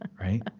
Right